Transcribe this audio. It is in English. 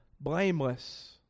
blameless